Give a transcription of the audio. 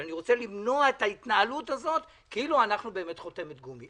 אבל אני רוצה למנוע את ההתנהלות הזאת כאילו אנחנו חותמת גומי.